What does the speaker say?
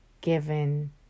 given